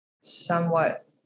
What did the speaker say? somewhat